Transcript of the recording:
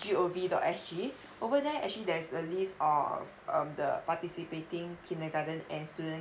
G O V dot S G over there actually there is a list of um the participating kindergarten and students